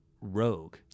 rogue